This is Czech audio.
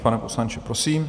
Pane poslanče, prosím.